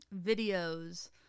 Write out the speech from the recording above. videos